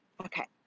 Okay